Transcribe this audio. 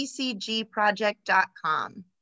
pcgproject.com